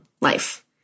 life